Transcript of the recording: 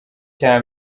cya